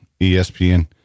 ESPN